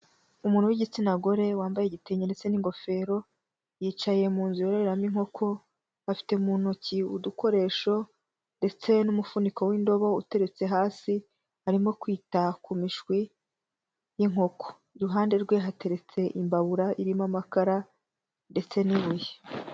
Umuntu w'igitsina gore wambaye igitenge ndetse n'ingofero yicaye mu nzu yororeramo inkoko, afite mu ntoki udukoresho ndetse n'umufuniko w'indobo uteretse hasi arimo kwita ku mishwi y'inkoko, iruhande rwe hateretse imbabura irimo amakara ndetse n'ibuye.